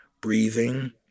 breathing